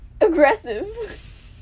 Aggressive